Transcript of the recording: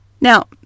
Now